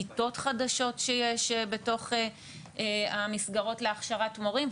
כיתות חדשות שיש בתוך המסגרות להכשרת מורים,